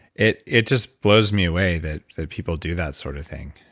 it it just blows me away that people do that sort of thing,